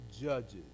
judges